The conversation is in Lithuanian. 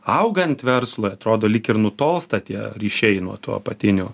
augant verslui atrodo lyg ir nutolsta tie ryšiai nuo tų apatinių